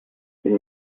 une